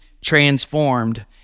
transformed